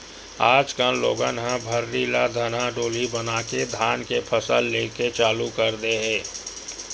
आज कल लोगन ह भर्री ल धनहा डोली बनाके धान के फसल लेके चालू कर दे हे